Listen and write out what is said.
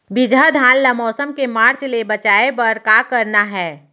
बिजहा धान ला मौसम के मार्च ले बचाए बर का करना है?